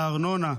הארנונה?